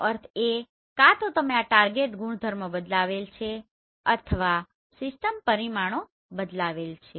તેનો અર્થ એ કે કાં તો તમે આ ટાર્ગેટ ગુણધર્મો બદલાવેલ છે અથવા સિસ્ટમ પરિમાણો બદલાવેલ છે